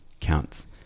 counts